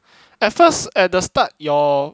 at first at the start your